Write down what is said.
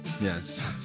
Yes